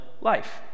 life